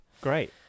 great